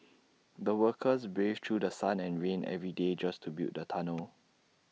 the workers braved through The Sun and rain every day just to build the tunnel